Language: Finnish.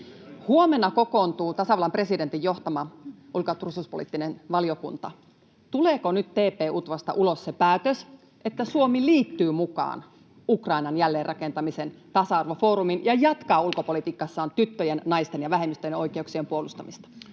Huomenna kokoontuu tasavallan presidentin johtama ulko‑ ja turvallisuuspoliittinen valiokunta. Tuleeko nyt TP-UTVAsta ulos se päätös, että Suomi liittyy mukaan Ukrainan jälleenrakentamisen tasa-arvofoorumiin ja jatkaa ulkopolitiikassaan tyttöjen, naisten ja vähemmistöjen oikeuksien puolustamista?